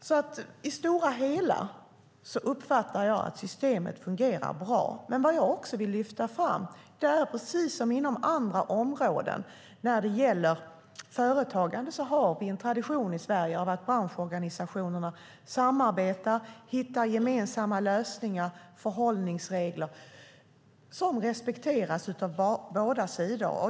I det stora hela uppfattar jag att systemet fungerar bra. Men vad jag också vill lyfta fram är att vi i Sverige, precis som inom andra områden när det gäller företagande, har en tradition att branschorganisationerna samarbetar och hittar gemensamma lösningar och förhållningsregler som respekteras av båda sidor.